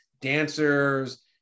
dancers